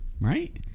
right